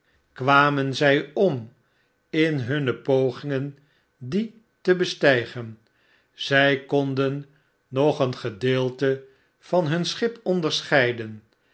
kwamen zij om in hunne pogingen die te bestijgen zy konden nog een gedeelte van hun schip onderscheiden